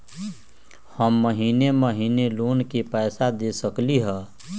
हम महिने महिने लोन के पैसा दे सकली ह?